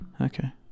Okay